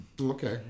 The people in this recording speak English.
Okay